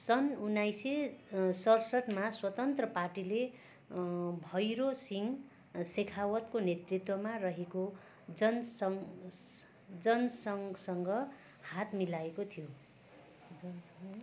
सन् उन्नाइस सय सरसठमा स्वतन्त्र पार्टीले भैरो सिंह सेखावतको नेतृत्वमा रहेको जनसङ् जनसङ्घसँग हात मिलाएको थियो जनसङ्घसँग